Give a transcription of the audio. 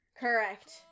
Correct